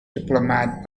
diplomat